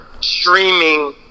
streaming